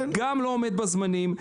שלא עומדים בזמנים,